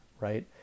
right